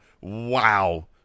Wow